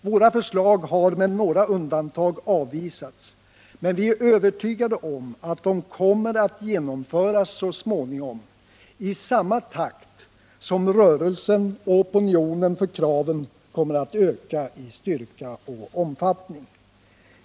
Våra förslag har med några undantag avvisats, men vi är övertygade om att de kommer att genomföras så småningom i samma takt som rörelsen och opinionen för kraven kommer att öka i styrka och omfattning.